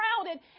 crowded